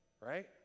Right